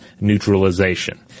neutralization